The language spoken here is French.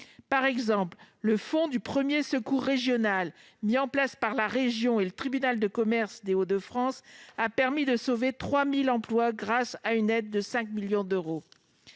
Par exemple, le fonds de premier secours mis en place par la région et le tribunal de commerce des Hauts-de-France a permis de sauver 3 000 emplois grâce à une aide de 5 millions d'euros.